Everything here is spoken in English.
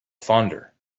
fonder